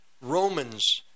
Romans